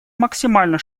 максимально